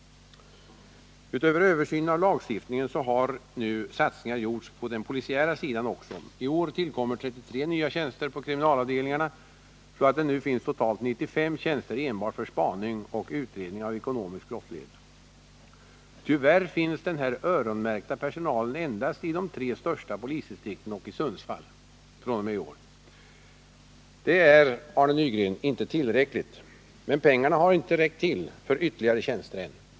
Utöver översynen av lagstiftningen har nu satsningar gjorts på den polisiära sidan. I år tillkommer 33 nya tjänster på kriminalavdelningarna, så att det nu finns totalt 95 tjänster enbart för spaning och utredning av ekonomisk brottslighet. Tyvärr finns den här öronmärkta personalen endast i de tre största polisdistrikten och i Sundsvall fr.o.m. i år. Det är, Arne Nygren, inte tillräckligt, men pengarna har inte räckt till för ytterligare tjänster än.